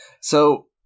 So-